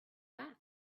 that